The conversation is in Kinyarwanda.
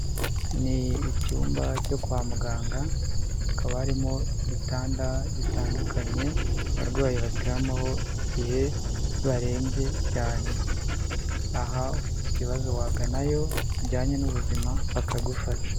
Ni icyumba cyo kwa muganga, hakaba harimo ibitanda bitandukanye abarwayi baryamaho igihe barembye cyane, aha ufite ikibazo waganayo kijyanye n'ubuzima bakagufasha.